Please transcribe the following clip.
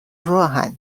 راهن